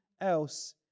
else